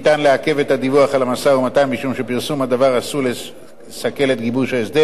הדיווח על המשא-ומתן משום שפרסום הדבר עלול לסכל את גיבוש ההסדר,